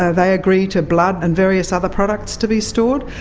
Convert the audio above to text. ah they agree to blood and various other products to be stored.